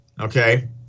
okay